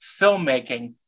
filmmaking